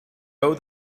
owe